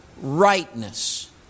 rightness